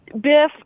Biff